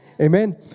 Amen